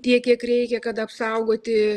tiek kiek reikia kad apsaugoti